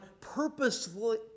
purposefully